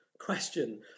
question